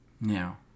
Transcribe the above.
Now